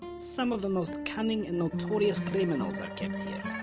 some of the most cunning and notorious criminals are kept here.